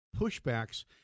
pushbacks